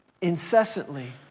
incessantly